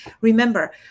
remember